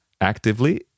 actively